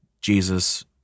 Jesus